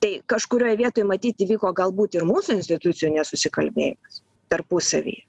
tai kažkurioj vietoj matyt įvyko galbūt ir mūsų institucijų nesusikalbėjimas tarpusavy